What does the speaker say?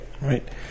Right